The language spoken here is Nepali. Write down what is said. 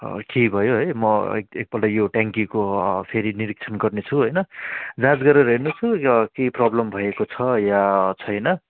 केही भयो है म एक एकपल्ट यो ट्याङ्कीको फेरि निरिक्षण गर्नेछु होइन जाँच गरेर हेर्नेछु या केही प्रब्लम भएको छ या छैन